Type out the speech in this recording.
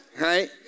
right